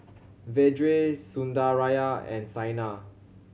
Vedre Sundaraiah and Saina